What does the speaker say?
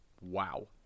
Wow